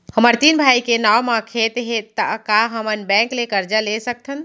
हमर तीन भाई के नाव म खेत हे त का हमन बैंक ले करजा ले सकथन?